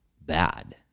bad